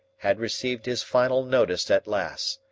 had received his final notice at last,